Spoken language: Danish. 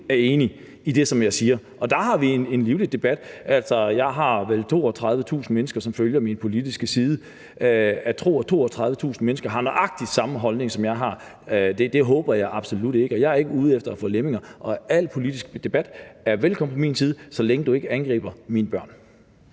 er enige i det, som jeg siger, og der har vi en livlig debat. Der er vel 32.000 mennesker, som følger min politiske side, og jeg håber absolut ikke, at 32.000 mennesker har nøjagtig samme holdning, som jeg har. Jeg er ikke ude efter at få lemminger, og al politisk debat er velkommen på min side, så længe du ikke angriber mine børn.